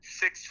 six